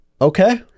Okay